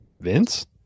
Vince